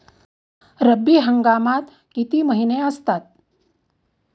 रब्बी हंगामात किती महिने असतात?